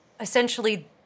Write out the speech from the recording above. essentially